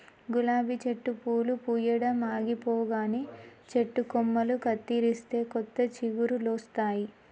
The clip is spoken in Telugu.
గులాబీ చెట్టు పూలు పూయడం ఆగిపోగానే చెట్టు కొమ్మలు కత్తిరిస్తే కొత్త చిగురులొస్తాయి